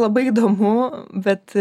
labai įdomu bet